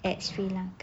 at sri lanka